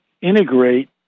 integrate